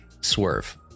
swerve